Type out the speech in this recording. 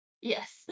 Yes